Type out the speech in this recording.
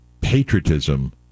patriotism